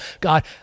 God